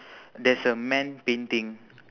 there's a man painting